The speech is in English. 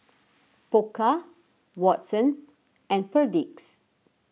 Pokka Watsons and Perdix